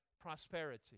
prosperity